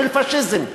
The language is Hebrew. של פאשיזם,